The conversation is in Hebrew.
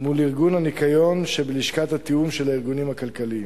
מול ארגון הניקיון שבלשכת התיאום של הארגונים הכלכליים.